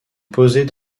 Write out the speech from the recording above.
poser